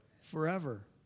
forever